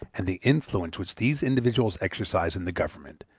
and the influence which these individuals exercise in the government,